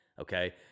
Okay